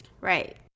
Right